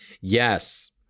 Yes